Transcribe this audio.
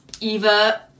Eva